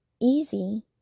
easy